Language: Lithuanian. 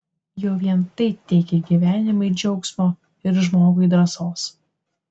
jau vien tai teikia gyvenimui džiaugsmo ir žmogui drąsos